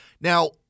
Now